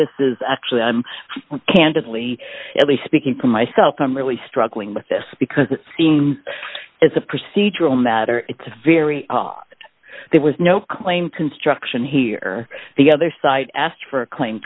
this is actually i'm candidly speaking for myself i'm really struggling with this because it seems as a procedural matter it's a very there was no claim construction here the other side asked for a claim